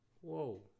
Whoa